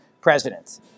president